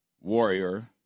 warrior